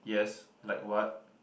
yes like what